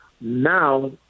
Now